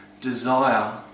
desire